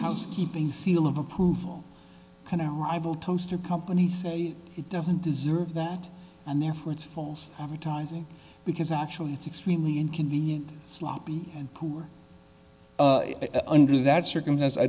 housekeeping seal of approval toaster company says it doesn't deserve that and therefore it's false advertising because actually it's extremely inconvenient sloppy and poor under that circumstance i